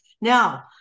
Now